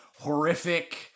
Horrific